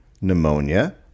Pneumonia